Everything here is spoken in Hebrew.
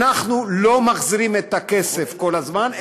אנחנו לא מחזירים את הכסף כל הזמן,